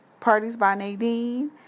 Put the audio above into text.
partiesbynadine